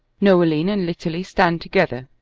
noeline and litterly stand together.